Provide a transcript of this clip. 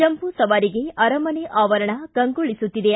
ಜಂಬೂಸವಾರಿಗೆ ಅರಮನೆ ಆವರಣ ಕಂಗೊಳಿಸುತ್ತಿದೆ